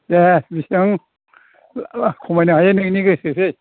दे बेसेबां खमायनो हायो नोंनि गोसोसै